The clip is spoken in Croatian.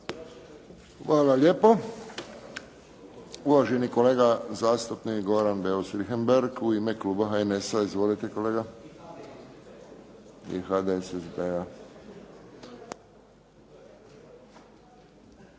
Hvala lijepo. Uvaženi kolega zastupnik Goran Beus Richembergh u ime kluba HNS-a i HDSSB-a.